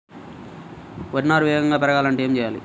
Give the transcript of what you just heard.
వరి నారు వేగంగా పెరగాలంటే ఏమి చెయ్యాలి?